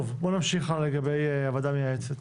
טוב בואו נמשיך לגבי הוועדה המייעצת.